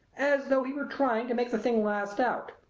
as though he were trying to make the thing last out.